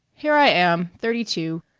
here i am, thirty-two.